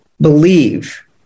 believe